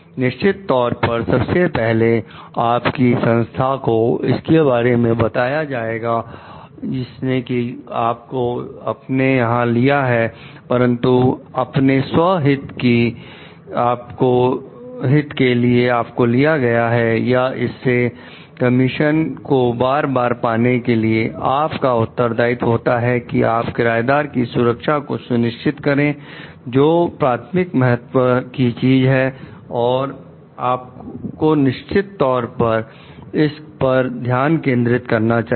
निश्चित तौर पर सबसे पहले अपनी संस्था को इसके बारे में बताएं जिसने कि आपको अपने यहां लिया है परंतु अपने स्व हित कि आपको लिया गया है या इसके कमीशन को बार बार पाने के लिए आप का उत्तरदायित्व होता है कि आप किराएदार की सुरक्षा को सुनिश्चित करें जो प्राथमिक महत्व की चीज है और आपको निश्चित तौर पर इस पर ध्यान केंद्रित करना चाहिए